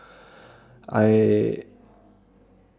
I